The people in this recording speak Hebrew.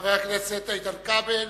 חבר הכנסת איתן כבל,